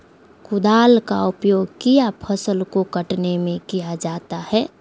कुदाल का उपयोग किया फसल को कटने में किया जाता हैं?